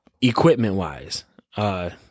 equipment-wise